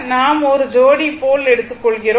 நாம் ஒரு ஜோடி போல் எடுத்து கொள்கிறோம்